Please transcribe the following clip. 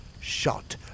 shot